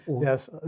Yes